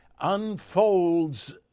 unfolds